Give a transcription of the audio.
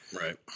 right